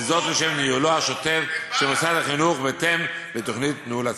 וזאת לשם ניהולו השוטף של מוסד החינוך בהתאם לתוכנית ניהול עצמי.